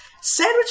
Sandwich